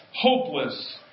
Hopeless